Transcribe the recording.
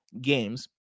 games